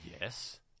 Yes